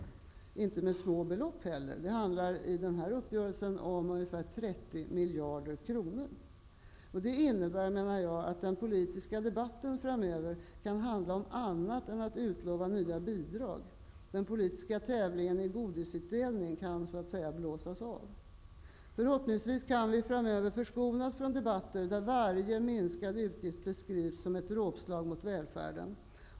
Och det är inte några små belopp det gäller -- det handlar i denna uppgörelse om ca 30 miljarder kronor i besparingar. Det innebär att den politiska debatten framöver kan handla om annat än att utlova nya bidrag. Den politiska tävlingen i godisutdelning kan så att säga blåsas av. Förhoppningsvis kan vi framöver förskonas från debatter där varje minskad utgift beskrivs som ett dråpslag mot välfärden.